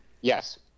yes